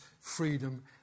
freedom